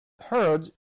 heard